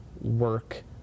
work